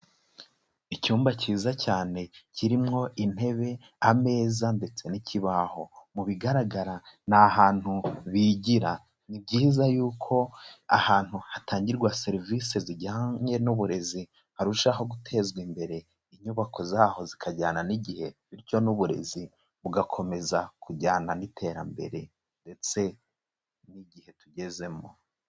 Icyumba kiza cyane kirimo intebe, ameza ndetse n'ikibaho. Mu bigaragara ni ahantu bigira. Ni byiza yuko ahantu hatangirwa serivisi zijyanye n'uburezi harushaho gutezwa imbere. Inyubako zaho zikajyana n'igihe bityo n'uburezi bugakomeza kujyana n'iterambere ndetse n'igihe tugezemo.